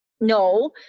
no